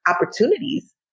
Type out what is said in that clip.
opportunities